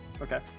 Okay